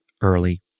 early